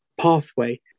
pathway